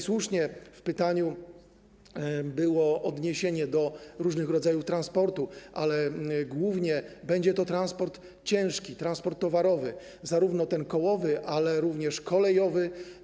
Słusznie w pytaniu było odniesienie do różnych rodzajów transportu, ale głównie będzie to transport ciężki, transport towarowy, zarówno ten kołowy, jak i kolejowy.